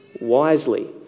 wisely